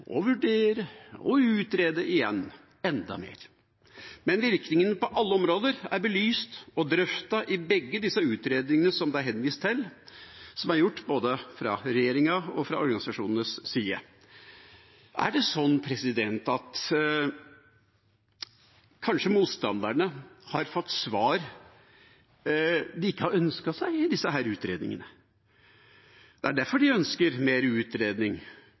og vurdere og utrede igjen, enda mer. Men virkningene på alle områder er belyst og drøftet i begge disse utredningene som det er henvist til, som er gjort både fra regjeringa og fra organisasjonenes side. Er det sånn at motstanderne kanskje har fått svar de ikke har ønsket seg i disse utredningene, at det er derfor de ønsker mer utredning?